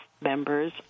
members